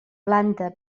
planta